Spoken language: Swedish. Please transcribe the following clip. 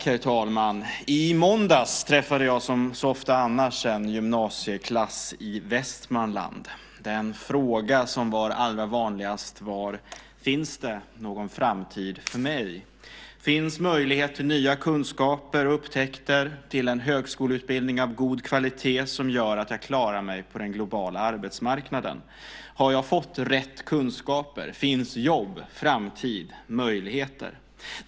Herr talman! I måndags träffade jag som så ofta annars en gymnasieklass i Västmanland. Den fråga som var allra vanligast var: Finns det någon framtid för mig? Finns det möjlighet till nya kunskaper, upptäckter, till en högskoleutbildning av god kvalitet som gör att jag klarar mig på den globala arbetsmarknaden? Har jag fått rätt kunskaper? Finns jobb, framtid, möjligheter?